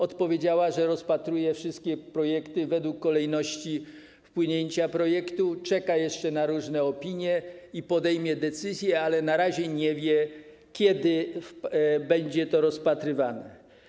Odpowiedziała, że rozpatruje wszystkie projekty według kolejności wpłynięcia projektu, czeka jeszcze na różne opinie i podejmie decyzje, ale na razie nie wie, kiedy będzie to rozpatrywane.